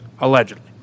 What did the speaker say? Allegedly